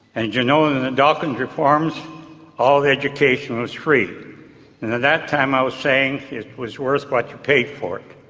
and, you know, in the dawkins reforms all education was free, and at that time i was saying it was worth what you paid for it.